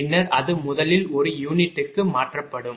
பின்னர் அது முதலில் ஒரு யூனிட்டுக்கு மாற்றப்படும்